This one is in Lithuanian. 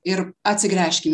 ir atsigręžkim